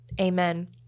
Amen